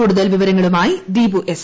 കൂടുതൽ വിവരങ്ങളുമായി ദീപു എസ്